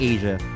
Asia